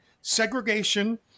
segregation